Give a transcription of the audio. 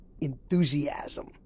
enthusiasm